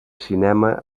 cinema